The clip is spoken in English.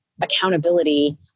accountability